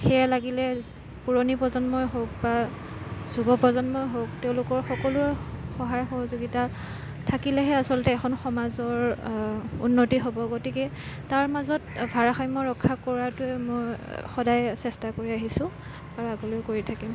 সেইয়া লাগিলে পুৰণি প্ৰজন্মই হওক বা যুৱপ্ৰজন্মই হওক তেওঁলোকৰ সকলোৰে সহায় সহযোগিতা থাকিলেহে আচলতে এখন সমাজৰ উন্নতি হ'ব গতিকে তাৰ মাজত ভাৰসাম্য ৰক্ষা কৰাতোৱেই মই সদায় চেষ্টা কৰি আহিছোঁ আৰু আগলৈ কৰি থাকিম